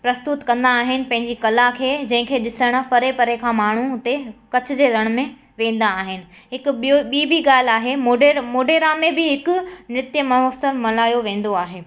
प्रस्तुत कंदा आहिनि पंहिंजी कला खे जंहिं खे ॾिसणु परे परे खां माण्हू उते कच्छ जे रण में वेंदा आहिन हिकु ॿियो ॿी बि ॻाल्हि आहे मोडेर मोडेरा में बि हिकु नृत्य महोत्सव मल्हायो वेंदो आहे